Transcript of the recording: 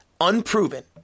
unproven